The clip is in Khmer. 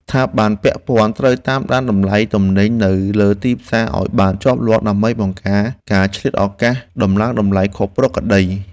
ស្ថាប័នពាក់ព័ន្ធត្រូវតាមដានតម្លៃទំនិញនៅលើទីផ្សារឱ្យបានជាប់លាប់ ដើម្បីបង្ការការឆ្លៀតឱកាសដំឡើងថ្លៃខុសប្រក្រតី។